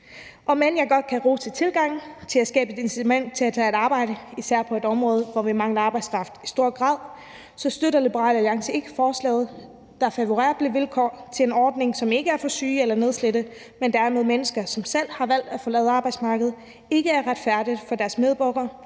Om end jeg godt kan rose tilgangen til at skabe et incitament til at tage et arbejde, især på et område, hvor vi i stor grad mangler arbejdskraft, støtter Liberal Alliance ikke forslaget. Ordningen giver favorable vilkår til mennesker, som ikke er for syge eller nedslidte, men derimod mennesker, som selv har valgt at forlade arbejdsmarkedet, og det er ikke retfærdigt i forhold til deres medborgere,